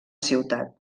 ciutat